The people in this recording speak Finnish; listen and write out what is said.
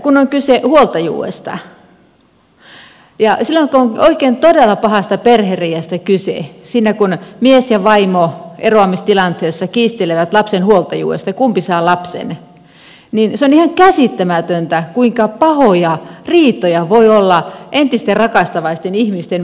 kun on kyse huoltajuudesta ja silloin kun on oikein todella pahasta perheriidasta kyse siinä kun mies ja vaimo eroamistilanteessa kiistelevät lapsen huoltajuudesta kumpi saa lapsen se on ihan käsittämätöntä kuinka pahoja riitoja voi olla entisten rakastavaisten ihmisten välillä